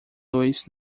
luz